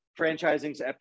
franchising's